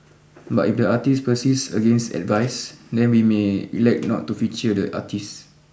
but if the artist persists against advice then we may elect not to feature the artist